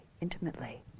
intimately